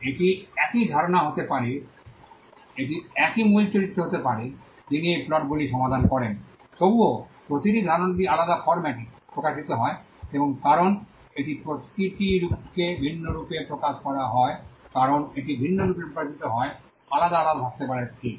এটি একই ধারণা হতে পারে এটি একই মূল চরিত্র হতে পারে যিনি এই প্লটগুলি সমাধান করেন তবুও প্রতিটি ধারণাটি আলাদা ফর্ম্যাটে প্রকাশিত হয় এবং কারণ এটি প্রতিটি রূপকে ভিন্ন রূপে প্রকাশ করা হয় কারণ এটি ভিন্ন রূপে প্রকাশিত হয় আলাদা আলাদা থাকতে পারে ঠিক